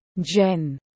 Jen